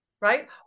Right